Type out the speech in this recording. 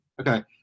Okay